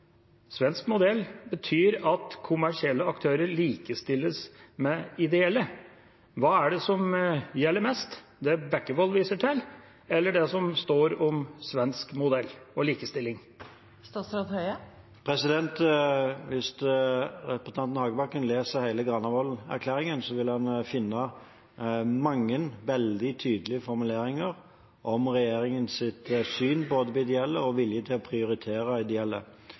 Svensk modell betyr at kommersielle aktører likestilles med ideelle. Hva gjelder mest – det Bekkevold viser til, eller det som står om svensk modell og likestilling? Hvis representanten Hagebakken leser hele Granavolden-erklæringen, vil han finne mange veldig tydelige formuleringer om regjeringens syn på de ideelle og om viljen til å prioritere ideelle.